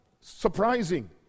surprising